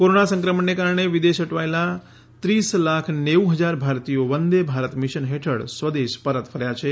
corona સંક્રમણને કારણે વિદેશ અટવાયેલાં ત્રીસ લાખ નેવું હજાર ભારતીયો વંદે ભારત મિશન હેઠળ સ્વદેશ પરત ફર્યા છે